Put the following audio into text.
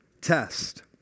test